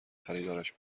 خریدارش